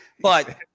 But-